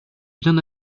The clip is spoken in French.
bien